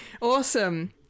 Awesome